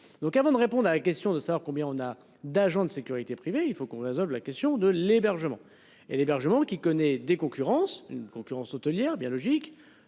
Donc avant de répondre à la question de savoir combien on a d'agents de sécurité privée. Il faut qu'on résolve la question de l'hébergement et l'hébergement qui connaît des concurrence concurrence hôtelière biologique